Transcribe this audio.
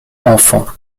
enfants